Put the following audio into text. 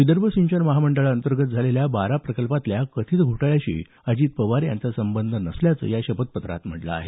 विदर्भ सिंचन महामंडळाअंतर्गत झालेल्या बारा प्रकल्पातल्या कथित घोटाळ्याशी अजित पवार यांचा काहीही संबंध आढळला नसल्याचं या शपथपत्रात म्हटलं आहे